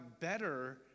better